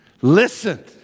Listen